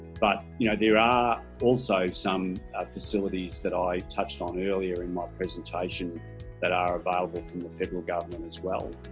but you know there are also some facilities that i touched on earlier in my presentation that are available from the federal government as well